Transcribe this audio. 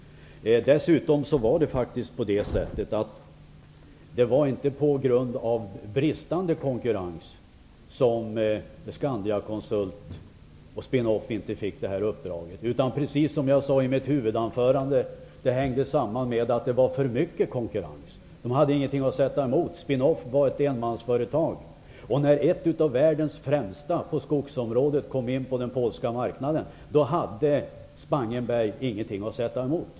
Dessutom var det inte på grund av bristande konkurrens som Scandiaconsult och Spin-Off inte fick uppdraget, utan precis som jag sade i mitt huvudanförande hängde det samman med att det var för mycket konkurrens. De hade ingenting att sätta emot. Spin-Off var ett enmansföretag, och när ett av världens främsta på skogsområdet kom in på den polska marknaden hade Spangenberg ingenting att sätta emot.